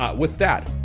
um with that,